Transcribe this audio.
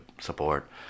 support